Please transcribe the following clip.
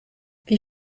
wie